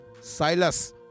Silas